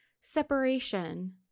separation